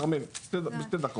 כרמל, בשתי דקות.